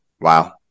wow